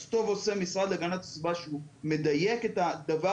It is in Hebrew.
אז טוב עושה המשרד להגנת הסביבה שהוא מדייק את הדבר